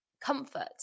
comfort